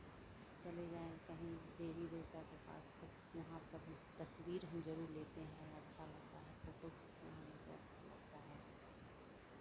चले गये कहीं देवी देवता के पास तो वहां पर भी तस्वीर हम जरूर लेते हैं अच्छा लगता है फोटो खींचना हमको अच्छा लगता है